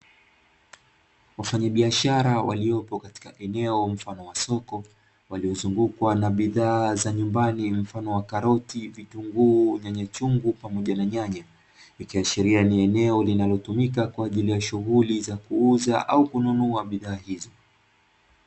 Wafanyabiashara waliopo katika eneo mfano wa soko, waliozungukwa na bidhaa za nyumbani mfano wa karoti, vitunguu, nyanya chungu pamoja na nyanya, ikiashiria ni eneo linalotumika kwa ajili ya shughuli za kuuza au kununua bidhaa hizo.